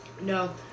No